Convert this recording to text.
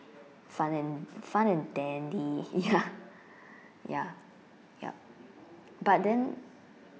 fun and fun and dandy ya ya yup but then